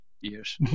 years